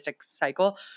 cycle